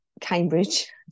Cambridge